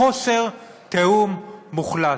חוסר תיאום מוחלט.